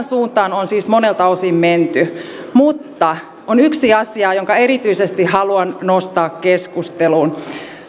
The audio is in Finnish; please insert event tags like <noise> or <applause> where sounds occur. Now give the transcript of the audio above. <unintelligible> suuntaan on siis monelta osin menty mutta on yksi asia jonka erityisesti haluan nostaa keskusteluun